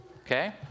okay